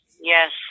yes